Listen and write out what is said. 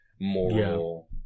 moral